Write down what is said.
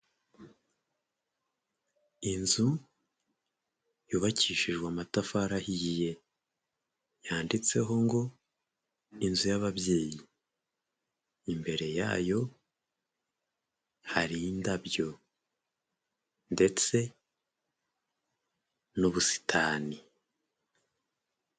Inzu yubakishijwe amatafari ahiye, yanditseho ngo inzu y'ababyeyi, imbere yayo hari indabyo ndetse n'ubusitani.